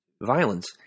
Violence